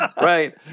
Right